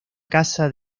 casa